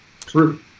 True